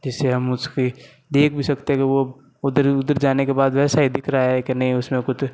जैसे हम उसकी देख भी सकते हैं कि वो उधर उधर जाने के बाद वैसा ही दिख रहा है कि नहीं उसमें कुछ